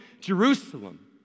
Jerusalem